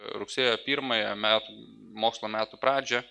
rugsėjo pirmąją metų mokslo metų pradžią